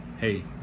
hey